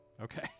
Okay